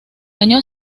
año